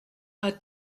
our